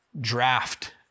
draft